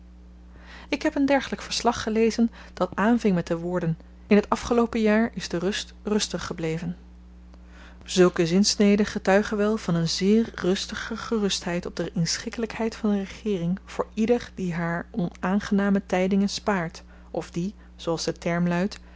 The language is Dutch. ik heb een dergelyk verslag gelezen dat aanving met de woorden in t afgeloopen jaar is de rust rustig gebleven zulke zinsneden getuigen wel van een zeer rustige gerustheid op de inschikkelykheid van de regeering voor ieder die haar onaangename tydingen spaart of die zooals de term luidt